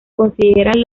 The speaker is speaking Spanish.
consideran